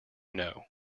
know